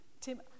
Tim